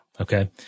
Okay